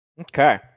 Okay